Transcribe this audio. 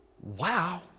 Wow